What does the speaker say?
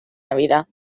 navidad